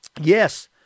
Yes